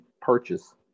purchase